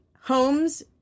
homes